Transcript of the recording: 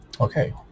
Okay